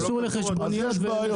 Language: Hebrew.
נכון, זה קשור לחשבוניות, כבודו.